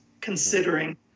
considering